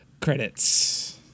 credits